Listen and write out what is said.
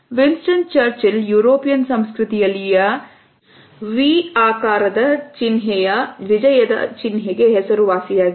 Winston Churchill European ಸಂಸ್ಕೃತಿಯಲ್ಲಿಯ ಜನಪ್ರಿಯಗೊಳಿಸಿದ V ಆಕಾರದ ಚಿನ್ಹೆಯ ವಿಜಯದ ಚಿನ್ಹೆಗೆ ಹೆಸರುವಾಸಿಯಾಗಿದೆ